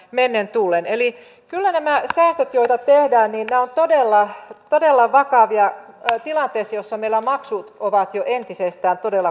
mennen tullen eli kyllä näitä joita tehdään kansainväliset elokuva ja tv tuotannot kuluttavat isoja määriä rahaa niissä maissa joissa tuotantoja toteutetaan